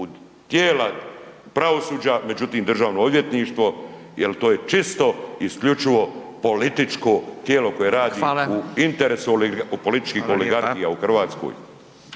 tijela pravosuđa međutim Državno odvjetništvo jer to je čisto i isključivo političko tijelo koje radi u interesu političkih oligarhija u Hrvatskoj.